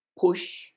push